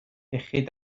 iechyd